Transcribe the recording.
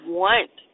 want